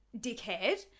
dickhead